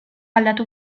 aldatu